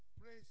Praise